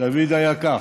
דוד היקר,